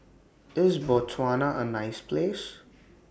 IS Botswana A nice Place